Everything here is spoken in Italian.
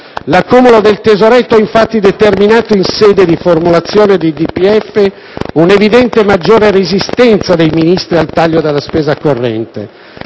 L'accumulo del tesoretto, infatti, ha determinato, in sede di formulazione del DPEF, un'evidente, maggiore resistenza dei Ministri al taglio della spesa corrente.